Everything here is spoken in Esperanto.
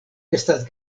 estas